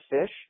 fish